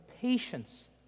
patience